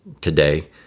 today